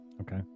Okay